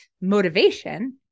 motivation